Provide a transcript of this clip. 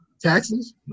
Taxes